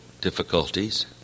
difficulties